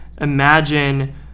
imagine